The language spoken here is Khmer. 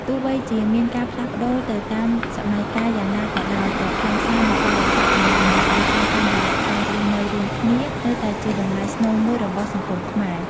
ទោះបីជាមានការផ្លាស់ប្តូរទៅតាមសម័យកាលយ៉ាងណាក៏ដោយ ក៏ខ្លឹមសារនៃការរក្សាទំនាក់ទំនងគ្រួសារតាមរយៈការរស់នៅរួមគ្នា នៅតែជាតម្លៃស្នូលមួយរបស់សង្គមខ្មែរ។